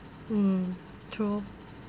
mm true